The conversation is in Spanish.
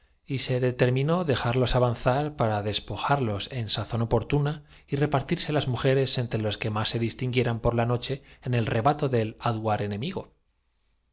y se deter minó dejarlos avanzar para despojarlos en sazón opor tuna y repartirse las mujeres entre los que más se distinguieran por la noche en el rebato del aduar